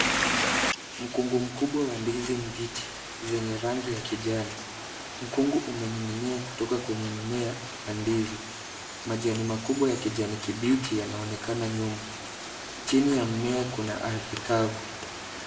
Mkungu mkubwa wa ndizi mbichi zenye rangi ya kijani. Mkungu umening'inia kutoka kwenye mmea wa ndizi. Majani makubwa ya kijani kibichi yanaonekana nyuma. Chini ya mmea kuna ardhi kavu.